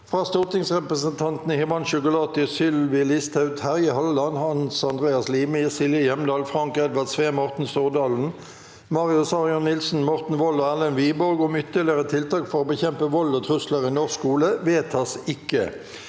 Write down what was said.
fra stortingsrepresentantene Himanshu Gulati, Sylvi Listhaug, Terje Halleland, Hans Andreas Limi, Silje Hjemdal, Frank Edvard Sve, Morten Stordalen, Marius Arion Nilsen, Morten Wold og Erlend Wiborg om ytterligere tiltak for å bekjempe vold og trusler i norsk skole – vedtas ikke.